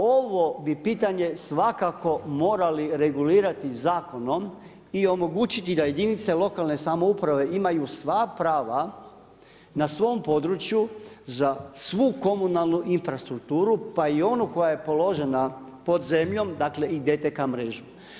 Ovo bi pitanje svakako morali regulirati zakonom i omogućiti da jedinice lokalne samouprave imaju sva prava na svom području za svu komunalnu infrastrukturu, pa i onu koja je položena pod zemljom, dakle i DTK mrežu.